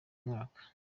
mwaka